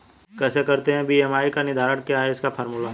कैसे करते हैं बी.एम.आई का निर्धारण क्या है इसका फॉर्मूला?